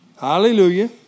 Hallelujah